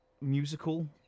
Musical